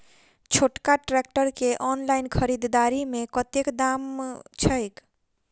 छोटका ट्रैक्टर केँ ऑनलाइन खरीददारी मे कतेक दाम छैक?